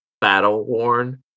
battle-worn